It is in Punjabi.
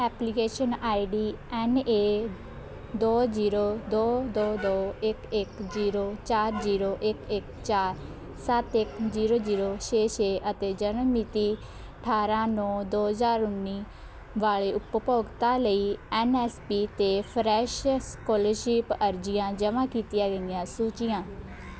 application I D N A ਦੋ ਜੀਰੋ ਦੋ ਦੋ ਦੋ ਇੱਕ ਇੱਕ ਜੀਰੋ ਚਾਰ ਜੀਰੋ ਇੱਕ ਇੱਕ ਚਾਰ ਸੱਤ ਇੱਕ ਜੀਰੋ ਜੀਰੋ ਛੇ ਛੇ ਅਤੇ ਜਨਮ ਮਿਤੀ ਅਠਾਰਾਂ ਨੌ ਦੋ ਹਜ਼ਾਰ ਉੱਨੀ ਵਾਲੇ ਉਪਭੋਗਤਾ ਲਈ ਐੱਨ ਐੱਸ ਪੀ 'ਤੇ ਫਰੈਸ਼ ਸਕਾਲਰਸ਼ਿਪ ਅਰਜੀਆਂ ਜਮ੍ਹਾਂ ਕੀਤੀਆਂ ਗਈਆਂ ਸੂਚੀਆਂ